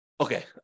Okay